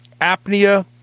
apnea